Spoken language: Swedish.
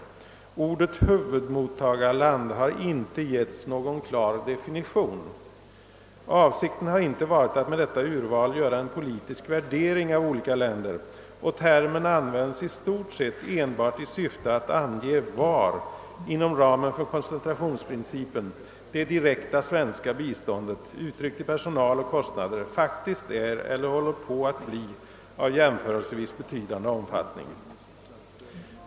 Ordet huvudmottagarland har inte getts någon klar definition. Avsikten har inte varit att med detta urval göra en politisk värdering av olika länder, och termen används i stort sett enbart i syfte att ange var — inom ramen för koncentrationsprincipen — det direkta svenska biståndet uttryckt i personal och kostnader faktiskt är eller håller på att bli av jämförelsevis betydande omfattning.